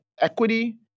equity